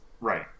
Right